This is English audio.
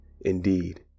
indeed